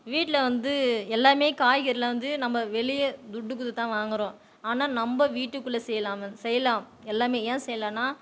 வீட்டில் வந்து எல்லாமே காய்கறிகளை வந்து நம்ம வெளியே துட்டு கொடுத்து தான் வாங்குகிறோம் ஆனால் நம் வீட்டுக்குள்ளே செய்யலாம் வந் செய்யலாம் எல்லாமே ஏன் செய்யலாம்னால்